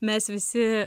mes visi